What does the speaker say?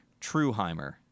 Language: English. Trueheimer